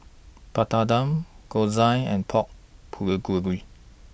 Papadum Gyoza and Pork Bulgogi